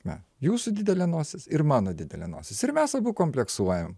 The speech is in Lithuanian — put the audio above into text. na jūsų didelė nosis ir mano didelė nosis ir mes abu kompleksuojam